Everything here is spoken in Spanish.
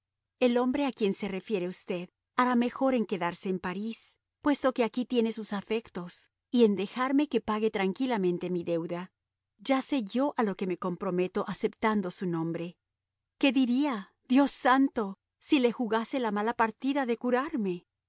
el hombre a quien se refiere usted hará mejor en quedarse en parís puesto que aquí tiene sus afectos y en dejarme que pague tranquilamente mi deuda ya sé yo a lo que me comprometo aceptando su nombre qué diría dios santo si le jugase la mala partida de curarme